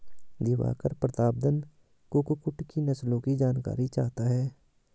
दिवाकर प्रतापधन कुक्कुट की नस्लों की जानकारी चाहता है